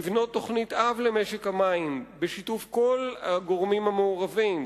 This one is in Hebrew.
לבנות תוכנית-אב למשק המים בשיתוף כל הגורמים המעורבים.